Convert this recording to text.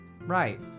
Right